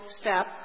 step